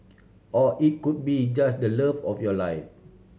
or it could be just the love of your life